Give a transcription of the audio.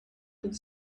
could